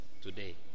today